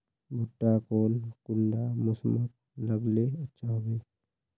भुट्टा कौन कुंडा मोसमोत लगले अच्छा होबे?